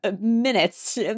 minutes